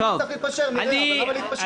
אם צריך להתפשר, נראה, אבל למה להתפשר